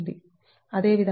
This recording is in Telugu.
అదేవిధంగా λT2 0